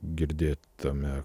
girdėti tame